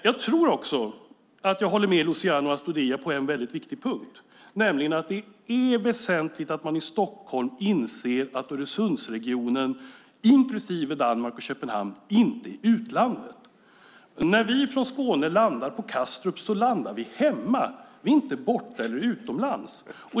Jag tror också att jag håller med Luciano Astudillo på en viktig punkt, nämligen att det är väsentligt att man i Stockholm inser att Öresundsregionen, inklusive Danmark och Köpenhamn, inte är utlandet. När vi från Skåne landar på Kastrup är vi hemma - vi är inte borta eller utomlands.